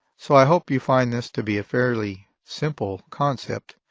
so i hope you find this to be a fairly simple concept.